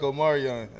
Omarion